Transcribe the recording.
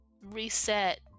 reset